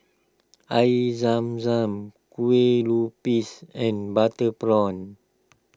Air Zam Zam Kueh Lupis and Butter Prawn